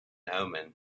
omen